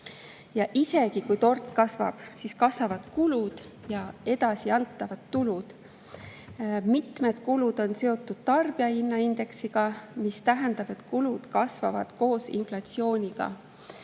et isegi kui tort kasvab, siis kasvavad ka kulud ja edasiantavad tulud. Mitmed kulud on seotud tarbijahinnaindeksiga, mis tähendab, et kulud kasvavad koos inflatsiooniga.